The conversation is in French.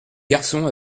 garçon